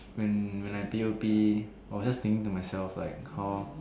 when when I P_O_P or just thinking to myself like how